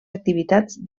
activitats